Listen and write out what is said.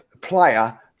player